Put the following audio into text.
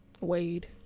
Wade